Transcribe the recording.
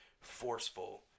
forceful